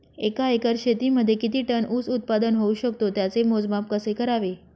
एका एकर शेतीमध्ये किती टन ऊस उत्पादन होऊ शकतो? त्याचे मोजमाप कसे करावे?